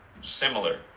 similar